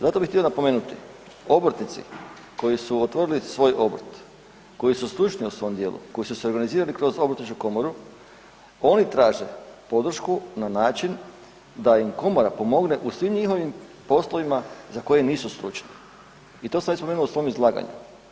Zato bih htio napomenuti, obrtnici koji su otvorili svoj obrt, koji su stručni u svom dijelu, koji su se organizirali kroz Obrtničku komoru, oni traže podršku na način da im Komora pomogne u svim njihovim poslovima za koje nisu stručni i to sam već spomenuo u svom izlaganju.